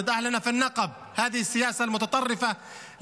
חבר הכנסת נאור שירי, בבקשה, עד שלוש דקות לרשותך.